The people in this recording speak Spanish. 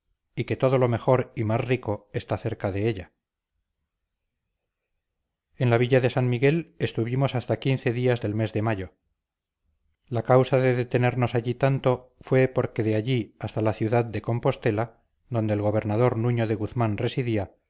y que todo lo mejor y más rico está cerca de ella en la villa de san miguel estuvimos hasta quince días del mes de mayo la causa de detenernos allí tanto fue porque de allí hasta la ciudad de compostela donde el gobernador nuño de guzmán residía